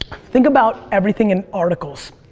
think about everything in articles.